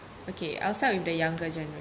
okay I'll start with the younger